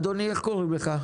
אדוני, איך קוראים לך?